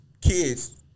kids